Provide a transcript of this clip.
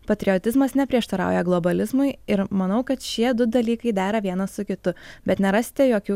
patriotizmas neprieštarauja globalizmui ir manau kad šie du dalykai dera vienas su kitu bet nerasite jokių